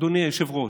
אדוני היושב-ראש.